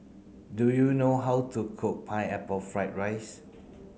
do you know how to cook pineapple fried rice